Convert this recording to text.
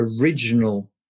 original